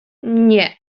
nie